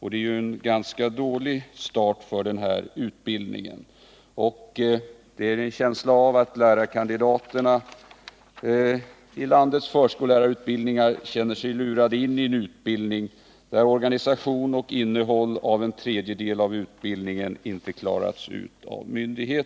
Det är en ganska dålig start för denna utbildning. Jag har en känsla av att lärarkandidaterna vid landets förskollärarutbildningar känner sig lurade i och med att myndigheterna inte lyckats fastställa organisation och innehåll avseende en tredjedel av utbildningen.